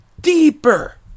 deeper